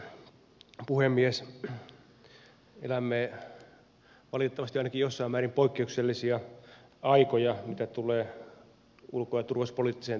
elämme valitettavasti ainakin jossain määrin poikkeuksellisia aikoja mitä tulee ulko ja turvallisuuspoliittiseen tilanteeseen